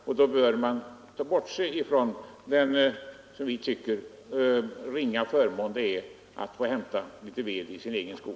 Och då bör man också vid beskattningen bortse från den som vi tycker ringa förmån det är att få hämta litet ved i sin skog.